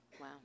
Wow